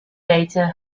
data